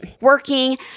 working